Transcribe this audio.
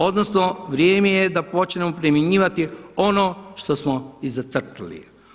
Odnosno vrijeme je da počnemo primjenjivati ono što smo i zacrtali.